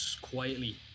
quietly